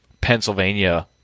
Pennsylvania